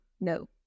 No